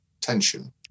tension